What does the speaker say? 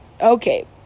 okay